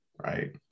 right